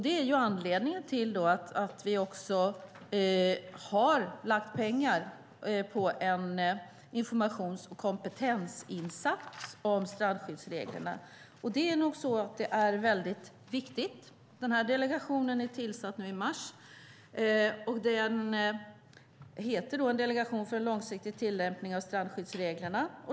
Det är anledningen till att vi har lagt pengar på en informations och kompetensinsats om strandskyddsreglerna, och det är nog väldigt viktigt. Delegationen som tillsattes nu i mars heter Delegation för en långsiktig tillämpning av strandskyddsreglerna.